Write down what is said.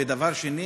ודבר שני,